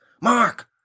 Mark